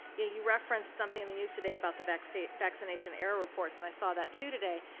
yeah you referenced something in the use today about the vaccination vaccination error reports and i saw that too today.